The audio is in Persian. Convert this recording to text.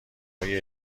های